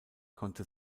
konnte